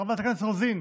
חברת הכנסת רוזין,